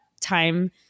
time